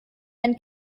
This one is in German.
denn